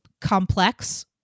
complex